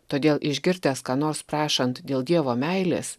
todėl išgirdęs ką nors prašant dėl dievo meilės